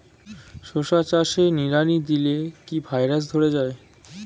শশা চাষে নিড়ানি দিলে কি ভাইরাস ধরে যায়?